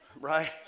right